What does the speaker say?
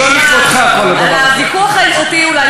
הם לא צריכים להמשיך להיות פה ולנצל את המיקרופון